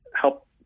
help